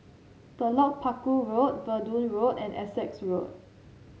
Telok Paku Road Verdun Road and Essex Road